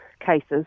cases